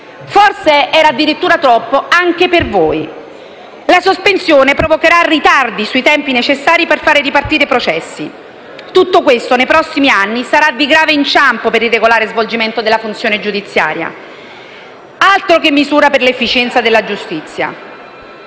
Forse era addirittura troppo anche per voi. La sospensione provocherà ritardi sui tempi necessari per far ripartire i processi. Tutto questo, nei prossimi anni, sarà di grave inciampo per il regolare svolgimento della funzione giudiziaria. Altro che misura per l'efficienza della giustizia!